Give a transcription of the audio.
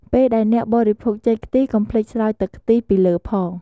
ពេលដែលអ្នកបរិភោគចេកខ្ទិះ កុំភ្លេចស្រោចទឺកខ្ទិះពីលើផង។